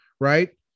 Right